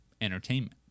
entertainment